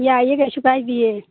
ꯌꯥꯏꯌꯦ ꯀꯔꯤꯁꯨ ꯀꯥꯏꯗꯤꯌꯦ